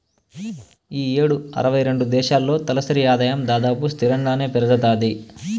ఈ యేడు అరవై రెండు దేశాల్లో తలసరి ఆదాయం దాదాపు స్తిరంగానే పెరగతాంది